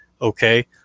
Okay